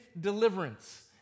deliverance